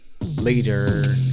Later